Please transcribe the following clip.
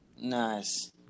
Nice